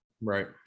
right